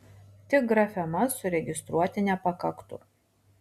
tik grafemas suregistruoti nepakaktų